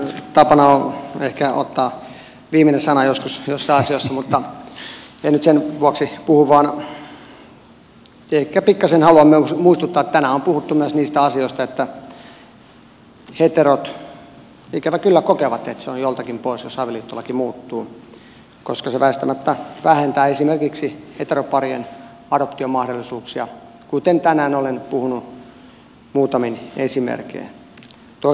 tapana on ehkä ottaa viimeinen sana joskus joissain asioissa mutta en nyt sen vuoksi puhu vaan ehkä pikkasen haluan muistuttaa että tänään on puhuttu myös niistä asioista että heterot ikävä kyllä kokevat että se on joiltakin pois jos avioliittolaki muuttuu koska se väistämättä vähentää esimerkiksi heteroparien adoptiomahdollisuuksia kuten tänään olen puhunut muutamin esimerkein